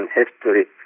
history